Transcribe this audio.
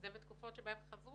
אני מדברת על תקופות שהם חזרו.